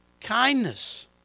kindness